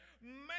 man